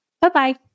Bye-bye